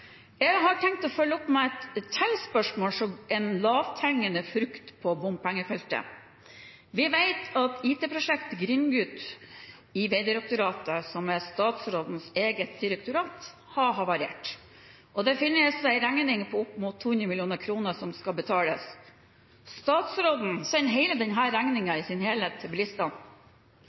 Jeg har tenkt å følge opp med et spørsmål til, som en lavthengende frukt på bompengefeltet. Vi vet at IT-prosjektet Grindgut i Vegdirektoratet, som er statsrådens eget direktorat, har havarert, og det er en regning på opp mot 200 mill. kr som skal betales. Statsråden sender denne regningen i sin helhet til bilistene.